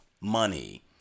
money